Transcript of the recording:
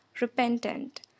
repentant